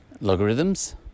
Logarithms